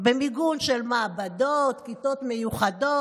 במיגון של מעבדות, כיתות מיוחדות?